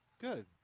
Good